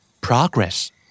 progress